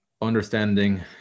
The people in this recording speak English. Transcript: understanding